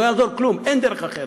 לא יעזור כלום, אין דרך אחרת.